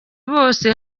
bose